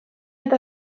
eta